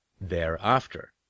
thereafter